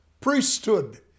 priesthood